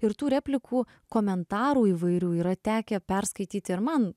ir tų replikų komentarų įvairių yra tekę perskaityti ir man